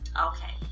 Okay